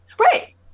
Right